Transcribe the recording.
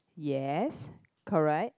yes correct